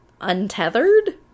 untethered